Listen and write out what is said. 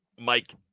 Mike